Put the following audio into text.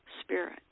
spirit